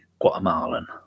Guatemalan